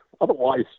Otherwise